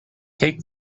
take